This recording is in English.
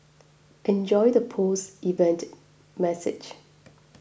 enjoy the post event message